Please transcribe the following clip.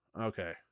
Okay